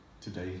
today